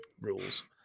rules